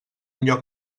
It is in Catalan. lloc